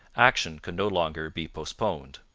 action could no longer be postponed.